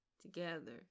together